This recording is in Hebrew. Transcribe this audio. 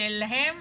שלהם